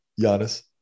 Giannis